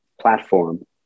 platform